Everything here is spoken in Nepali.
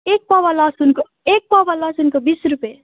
एक पावा लसुनको एक पावा लसुनको बिस रुपियाँ